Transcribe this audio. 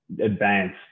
advanced